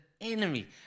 enemy